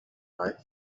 part